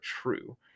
true